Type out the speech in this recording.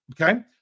okay